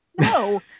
No